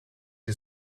die